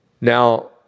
Now